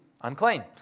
unclean